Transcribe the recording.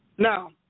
Now